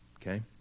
Okay